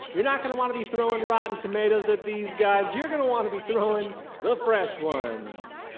you're not going to want to be throwing rotten tomatoes at these guys. you're going to want to be throwing the fresh ones